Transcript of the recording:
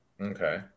Okay